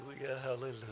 hallelujah